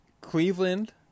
Cleveland